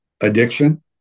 addiction